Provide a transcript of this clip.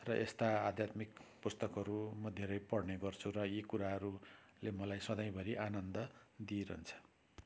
र यस्ता आध्यात्मिक पुस्तकहरू म धेरै पढ्ने गर्छु यी कुराहरूले मलाई सधैँभरि आनन्द दिइरहन्छ